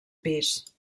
pis